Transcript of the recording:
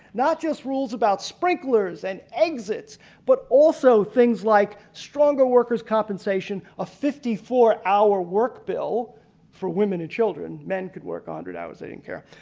not just rules about sprinklers and exits but also things like stronger worker's compensation, a fifty four hour work bill for women and children. men could work one ah hundred hours, they didn't care.